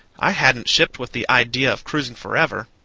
i hadn't shipped with the idea of cruising forever.